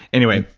anyway,